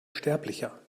sterblicher